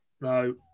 No